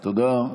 תודה.